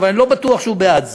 אבל אני לא בטוח שהוא בעד זה.